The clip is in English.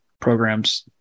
programs